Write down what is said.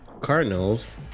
Cardinals